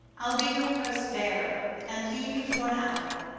i'll be your purse-bearer, and leave you for an hour.